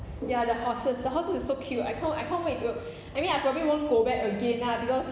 ya the horses the horses is so cute I can't I can't wait to I mean I probably won't go back again lah because